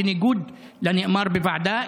בניגוד לנאמר בוועדה,